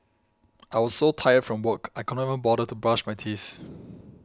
I was so tired from work I could not bother to brush my teeth